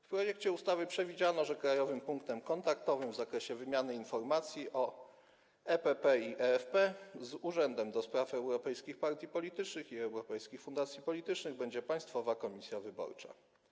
W projekcie ustawy przewidziano, że krajowym punktem kontaktowym w zakresie wymiany informacji o EPP i EFP z Urzędem ds. Europejskich Partii Politycznych i Europejskich Fundacji Politycznych będzie Państwowa Komisja Wyborcza.